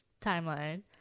timeline